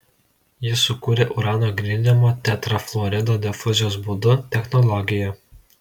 jis sukūrė urano gryninimo tetrafluorido difuzijos būdu technologiją